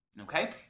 Okay